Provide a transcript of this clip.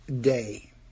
Day